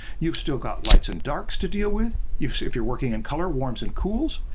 you've still got lights and darks to deal with, if you're working in color, warms and cools,